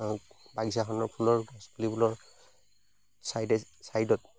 বাগিচাখনৰ ফুলৰ গছপুলিবোৰৰ চাইডে চাইডত